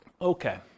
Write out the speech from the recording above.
Okay